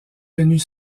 tenues